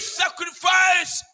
sacrifice